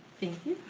thank you,